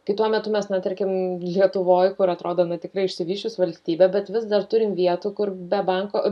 kai tuo metu mes na tarkim lietuvoj kur atrodo na tikra išsivysčius valstybė bet vis dar turim vietų kur be banko